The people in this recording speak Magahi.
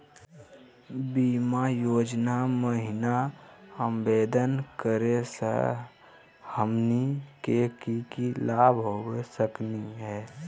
बीमा योजना महिना आवेदन करै स हमनी के की की लाभ हो सकनी हे?